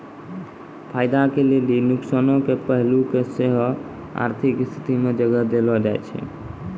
फायदा के लेली नुकसानो के पहलू के सेहो आर्थिक स्थिति मे जगह देलो जाय छै